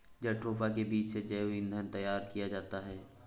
jatropha के बीज से जैव ईंधन तैयार किया जाता है